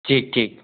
ठीक ठीक